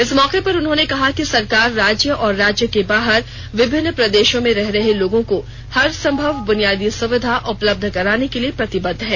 इस मौके पर उन्होंने कहा कि सरकार राज्य और राज्य के बाहर विभिन्न प्रदेषों में रह रहे लोगों को हर संभव बुनियादी सुविधा उपलब्ध कराने के लिए प्रतिबद्ध है